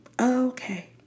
Okay